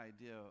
idea